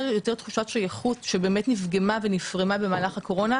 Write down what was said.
יותר תחושת שייכות שבאמת נפגמה במהלך הקורונה.